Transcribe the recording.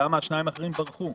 אבל למה השניים האחרים ברחו,